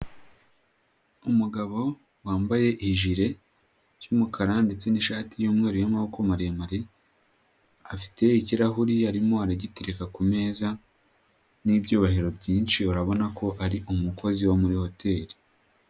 Umugabo wambaye ijire cy'umukara ndetse n'ishati y'umweru y'amaboko maremare, afite ikirahuri arimo aragiterika ku meza n'ibyuyubahiro byinshi urabona ko ari umukozi wo muri hoteri.